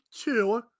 two